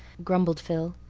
grumbled phil.